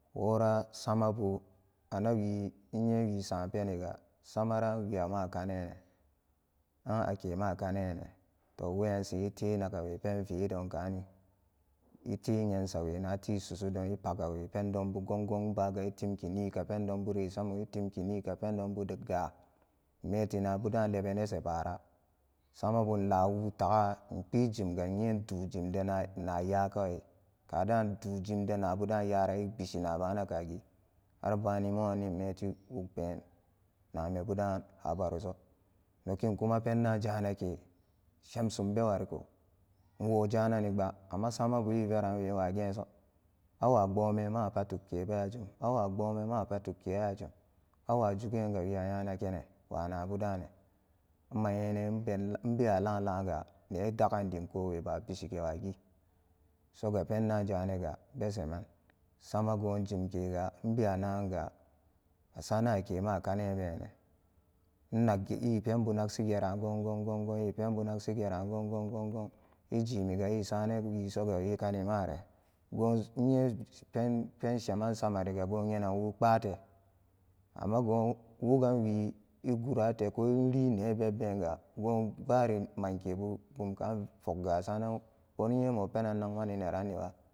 Worasamabu anagi innye wisampeniga samara wi amakanine an akema kanine to weyansin ite nagawe penvedon kani ete yensawe natisusudon epagawe pendonbu gong gong inbaga e timki nika pendon buri isamum e timki nika pendon byu da-ga inmeti naabu dan leba nase baara samanu inlawu taga in kpijimga innye dujimde naa nya kawai kadan duu jimde nyabudan yaaran ebishi naabana kagi har bani mo'anni inmeti wugpeni naa mebudan nabaroso noginkuma pendan jananke shemsum be wariko inwo janani pba amma samabu e veranwe wagenso awa pbomen mapu tukke bujum awa pbomen mapa tukke a jum awa jugenga wi anya nagane wa naabu jane ma nyenan in ben inbewa lalanga ne dagan dim kowe ba bishi ge wagi soga penda jananga be sheman samago jimkega inbe’ aya naganga asaranan ake ma kani bene innaggi e penbu nagshi geran gong gong gong gong e penbu nagshi geran gong gong gong gong ejimiga esaranan wisoga wikani mare gonzu-innye ju pen-pensheman samariga goyenanwu lepaate amma go wugan wi egurate ko inli ne bebbega gon buri mankebu bumka pogga sasaranan boni nyeboo penden nagmani neranniwa.